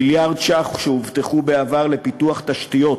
מיליארד ש"ח שהובטחו בעבר לפיתוח תשתיות